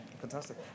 fantastic